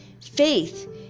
Faith